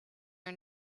are